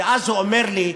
ואז הוא אומר לי: